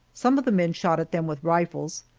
some of the men shot at them with rifles,